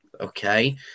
okay